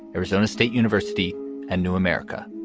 arizona state university and new america.